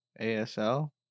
A-S-L